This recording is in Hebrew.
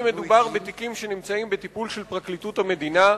מדובר בתיקים שנמצאים בטיפול פרקליטות המדינה.